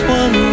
one